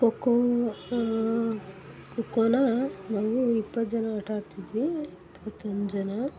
ಖೋಖೋ ಖೋಖೋನ ನಾವು ಇಪ್ಪತ್ತು ಜನ ಆಟ ಆಡ್ತಿದ್ವಿ ಇಪ್ಪತ್ತೊಂದು ಜನ